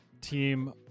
team